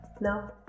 No